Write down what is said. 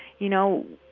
you know.